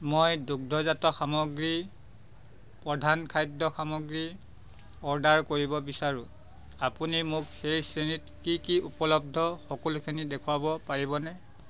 মই দুগ্ধজাত সামগ্ৰী প্ৰধান খাদ্য সামগ্ৰী অৰ্ডাৰ কৰিব বিচাৰোঁ আপুনি মোক সেই শ্ৰেণীত কি কি উপলব্ধ সকলোখিনি দেখুৱাব পাৰিবনে